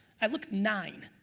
i looked nine.